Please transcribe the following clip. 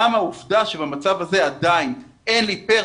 וגם העובדה שבמצב הזה עדיין אין נתונים שאומרים לכמה ילדים בבית ספר,